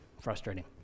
Frustrating